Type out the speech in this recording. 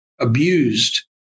abused